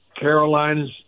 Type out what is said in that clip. Carolina's